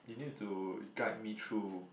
you need to guide me through